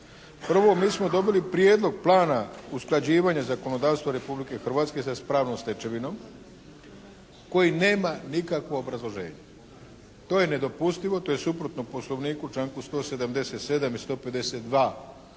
Prvo mi smo dobili prijedlog plana usklađivanja zakonodavstva Republike Hrvatske sa pravnom stečevinom koji nema nikakvo obrazloženje. To je nedopustivo, to je suprotno Poslovniku članku 177. i 152.